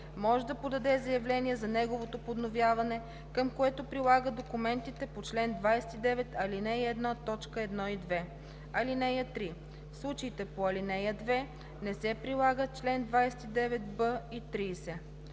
може да подаде заявление за неговото подновяване, към което прилага документите по чл. 29, ал. 1, т. 1 и 2. (3) В случаите по ал. 2 не се прилагат чл. 29б и 30.